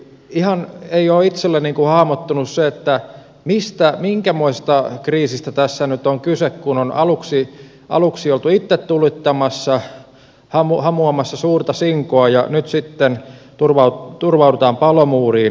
ihan ei ole itselleni hahmottunut se minkämoisesta kriisistä tässä nyt on kyse kun on aluksi oltu itse tulittamassa hamuamassa suurta sinkoa ja nyt sitten turvaudutaan palomuuriin